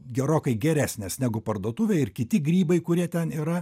gerokai geresnės negu parduotuvėj ir kiti grybai kurie ten yra